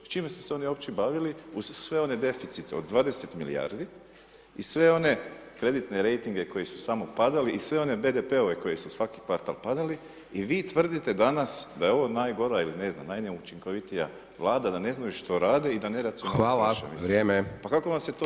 S čime su se oni uopće bavili uz sve one deficite od 20 milijardi i sve one kreditne rejtinge koji su samo padali i sve one BDP-ove koji su svaki kvartal padali, i vi tvrdite danas da je ovo najgora ili ne znam, najneučinkovitija Vlada, da ne znaju što rade i da neracionalno [[Upadica: Hvala, vrijeme.]] troše, mislim, pa kako vam se to desi.